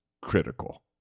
critical